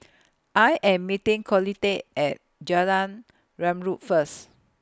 I Am meeting Colette At Jalan Zamrud First